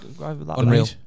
unreal